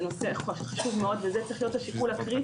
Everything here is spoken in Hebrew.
זה נושא חשוב מאוד, וזה צריך להיות השיקול הקריטי